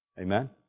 Amen